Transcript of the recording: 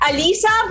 Alisa